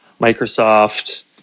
Microsoft